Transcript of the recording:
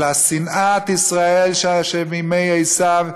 אלא שנאת ישראל מימי עשיו,